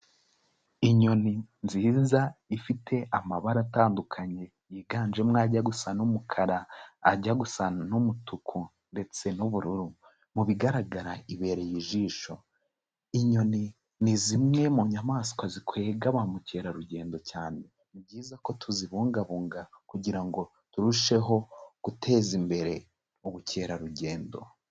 Inyoni nziza ifite amabara atandukanye, yiganjemo ajya gusa n'umukara, ajya gusa n'umutuku ndetse n'ubururu, mu bigaragara ibereye ijisho, inyoni ni zimwe mu nyamaswa zikwega ba mukerarugendo cyane, ni byiza ko tuzibungabunga kugira ngo turusheho guteza imbere ubukerarugendo.